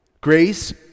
Grace